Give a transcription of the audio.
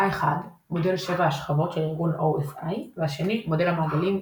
האחד "מודל שבע השכבות" של ארגון OSI והשני "מודל המעגלים"